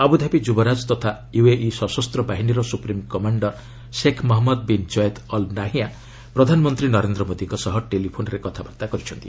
Abu Dhabi ଯୁବରାଜ ତଥା UAE ସଶସ୍ତ ବାହିନୀର supreme commando Sheikh Mohammed bin Zayed Al Nahyan ପ୍ରଧାନମନ୍ତ୍ରୀ ନରେନ୍ଦ୍ର ମୋଦିଙ୍କ ସହ ଟେଲିଫୋନ୍ରେ କଥାବାର୍ତ୍ତା କରିଛନ୍ତି